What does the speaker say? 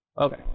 Okay